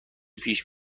پیش